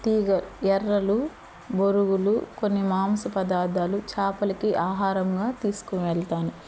తీగ ఎర్రలు బొరుగులు కొన్ని మాంస పదార్దాలు చాపలకి ఆహారంగా తీసుకువెళ్తాను